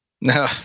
No